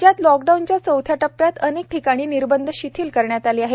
राज्यात लॉकडाऊनच्या चौथ्या टप्प्यात अनेक ठिकाणी निर्बंध शिथिल करण्यात आले आहेत